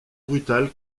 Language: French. brutale